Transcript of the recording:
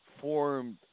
formed